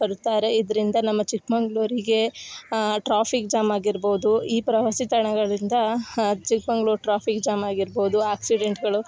ಬರುತ್ತಾರೆ ಇದರಿಂದ ನಮ್ಮ ಚಿಕ್ಕಮಂಗ್ಳೂರಿಗೇ ಟ್ರಾಫಿಕ್ ಜಾಮ್ ಆಗಿರ್ಬೋದು ಈ ಪ್ರವಾಸಿ ತಾಣಗಳಿಂದ ಚಿಕ್ಕಮಂಗ್ಳೂರ್ ಟ್ರಾಫಿಕ್ ಜಾಮ್ ಆಗಿರ್ಬೋದು ಆಕ್ಸಿಡೆಂಟ್ಗಳು